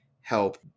help